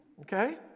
okay